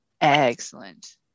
excellent